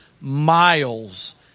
miles